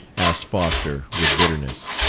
asked foster, with bitterness.